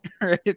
right